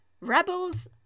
Rebels